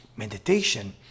Meditation